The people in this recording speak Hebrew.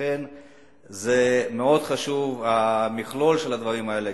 לכן מאוד חשוב המכלול של הדברים האלה,